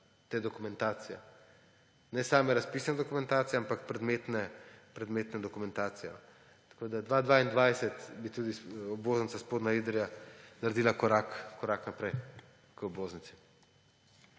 te dokumentacije; ne same razpisne dokumentacije, ampak predmetne dokumentacije. Tako bi leta 2022 tudi obvoznica Spodnja Idrija naredila korak naprej k obvoznici.